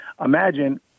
imagine